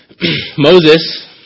Moses